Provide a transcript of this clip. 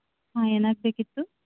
ಹಾಂ ಏನಾಗಬೇಕಿತ್ತು